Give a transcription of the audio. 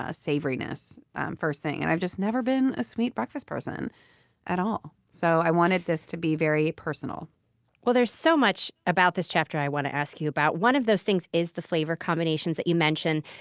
ah savory-ness first thing. and i've just never been a sweet breakfast person at all. so i wanted this to be very personal there's so much about this chapter i want to ask you about. one of those things is the flavor combinations that you mentioned,